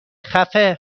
خفه